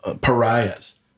pariahs